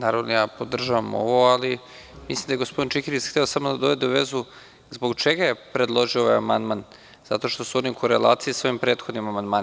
Naravno, podržavam ovo, ali mislim da je gospodin Čikiriz hteo samo da dovede u vezu zbog čega je predložio ovaj amandman zato što je on u korelaciji sa ovim prethodnim amandmanom.